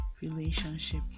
relationship